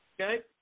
Okay